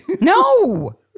No